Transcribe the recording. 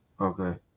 Okay